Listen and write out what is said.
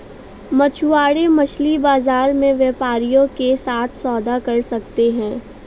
मछुआरे मछली बाजार में व्यापारियों के साथ सौदा कर सकते हैं